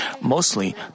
Mostly